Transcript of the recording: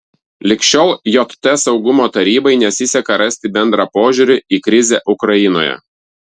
lig šiol jt saugumo tarybai nesiseka rasti bendrą požiūrį į krizę ukrainoje